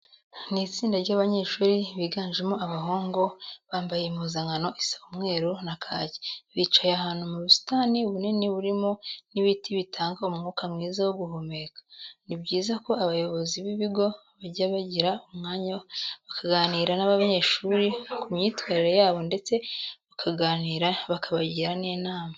Ni itsinda ry'abanyeshuri biganjemo abahungu, bambaye impuzankano isa umweru na kake. Bicaye ahantu mu busitani bunini burimo n'ibiti bitanga umwuka mwiza wo guhumeka. Ni byiza ko abayobozi b'ibigo bajya bagira umwanya bakaganira n'abanyeshuri ku myitwarire yabo ndetse bakabagira n'inama.